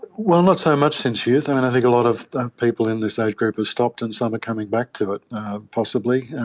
well, not so much since youth, and i think a lot of people in this age group have stopped and some are coming back to it possibly.